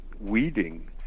weeding